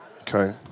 Okay